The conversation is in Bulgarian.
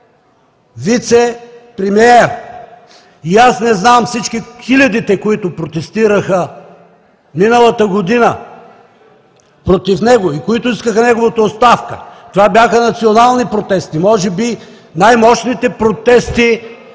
вицепремиер. Не знам хилядите, които протестираха миналата година против него и които искаха неговата оставка – това бяха национални протести, може би най-мощните протести